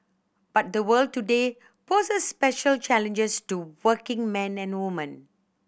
but the world today poses special challenges to working men and woman